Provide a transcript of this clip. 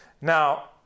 Now